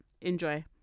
Enjoy